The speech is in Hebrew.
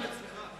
למעט סעיף י"א.